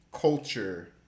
culture